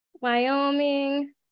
wyoming